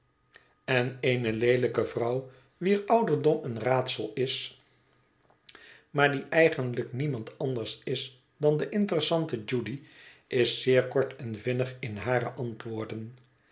jo leelijke vrouw wier ouderdom een raadsel is maar die eigenlijk niemand anders is dan de interessante judy is zeer kort en vinnig in hare antwoorden